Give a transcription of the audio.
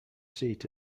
seat